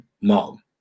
mom